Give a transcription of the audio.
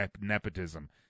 nepotism